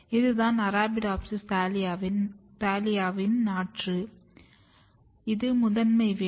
இதுதான் Arabidopsis thaliana வின் நாற்று இது முதன்மை வேர்